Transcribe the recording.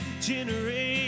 generations